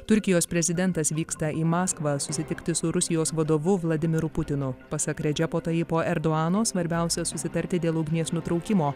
turkijos prezidentas vyksta į maskvą susitikti su rusijos vadovu vladimiru putinu pasak redžepo tajipo eruano svarbiausia susitarti dėl ugnies nutraukimo